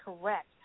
correct